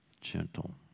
gentle